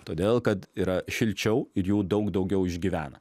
todėl kad yra šilčiau ir jų daug daugiau išgyvena